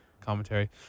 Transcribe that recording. commentary